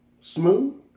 smooth